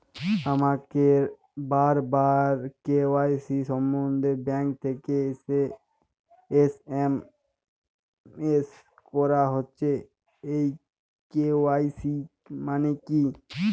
আমাকে বারবার কে.ওয়াই.সি সম্বন্ধে ব্যাংক থেকে এস.এম.এস করা হচ্ছে এই কে.ওয়াই.সি মানে কী?